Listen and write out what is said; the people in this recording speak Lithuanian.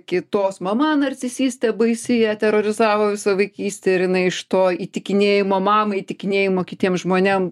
kitos mama narcisistė baisi ją terorizavo visą vaikystę ir jinai iš to įtikinėjimo mamai įtikinėjimo kitiem žmonėm